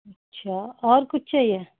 अच्छा और कुछ चाहिए